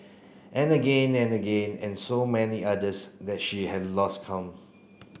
and again and again and so many others that she had lost count